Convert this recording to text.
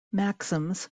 maxims